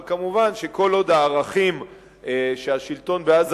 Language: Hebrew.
אבל מובן שכל עוד הערכים שהשלטון בעזה